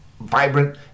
vibrant